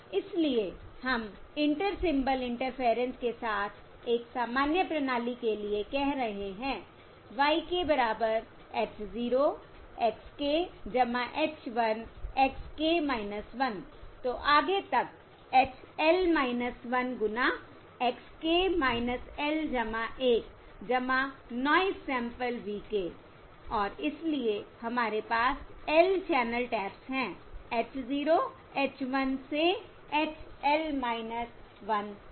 इसलिए हम inter symbol interference के साथ एक सामान्य प्रणाली के लिए कह रहे हैं y k बराबर h 0 x k h 1 x k 1 तो आगे तक h L 1 गुना x k L 1 noise sample v k और इसलिए हमारे पास L चैनल टैप्स हैं h 0 h 1 से h L 1 तक